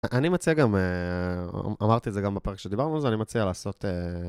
אני מציע גם, אמרתי את זה גם בפארק שדיברנו על זה, אני מציע לעשות...